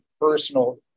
personal